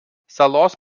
salos